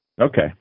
Okay